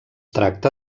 tracta